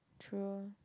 true